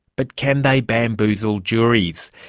but can they bamboozle juries?